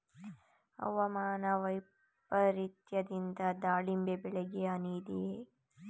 ಹವಾಮಾನ ವೈಪರಿತ್ಯದಿಂದ ದಾಳಿಂಬೆ ಬೆಳೆಗೆ ಹಾನಿ ಇದೆಯೇ?